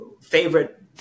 favorite